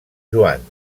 joan